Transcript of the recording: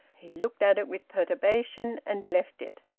he looked at it with perturbation, and left it.